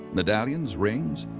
medallions, rings,